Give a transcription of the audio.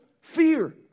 fear